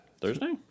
Thursday